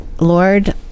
Lord